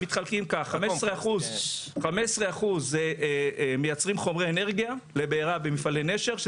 15% מייצרים חומרי אנרגיה לבערה במפעלי נשר,